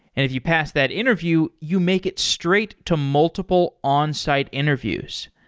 if you pass that interview, you make it straight to multiple onsite interviews.